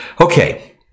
Okay